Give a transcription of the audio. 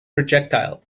projectile